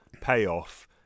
payoff